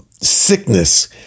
sickness